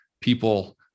people